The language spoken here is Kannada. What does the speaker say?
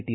ಟಿ